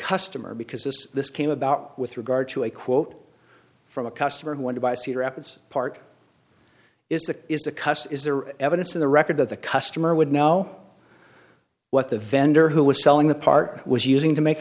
customer because this this came about with regard to a quote from a customer who want to buy cedar rapids part is a is a cuss is there evidence of the record that the customer would know what the vendor who was selling the part was using to make